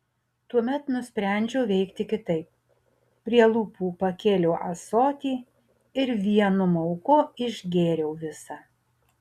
tuomet nusprendžiau veikti kitaip prie lūpų pakėliau ąsotį ir vienu mauku išgėriau visą